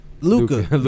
luca